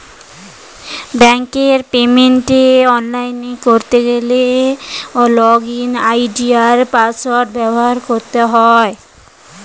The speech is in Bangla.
ব্যাঙ্কের পেমেন্ট অনলাইনে করতে গেলে লগইন আই.ডি আর পাসওয়ার্ড ব্যবহার করতে হয়